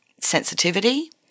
sensitivity